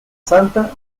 santa